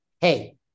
hey